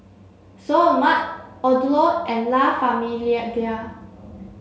Seoul Mart Odlo and La Famiglia